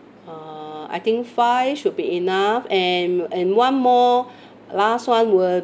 uh I think five should be enough and and one more last one will